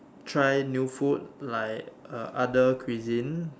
try new food like uh other cuisine